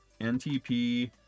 NTP